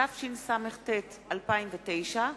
התשס"ט 2009,